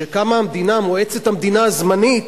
כשקמה המדינה, מועצת המדינה הזמנית,